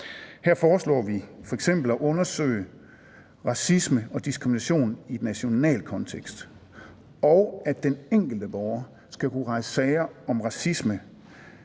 Her foreslår vi f.eks. at undersøge racisme og diskrimination i en national kontekst, og at den enkelte borger skal kunne rejse sager om racisme.